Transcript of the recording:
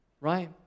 right